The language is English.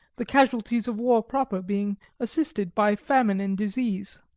the casualties of war proper being assisted by famine and disease.